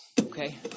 Okay